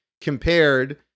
compared